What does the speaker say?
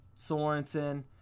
Sorensen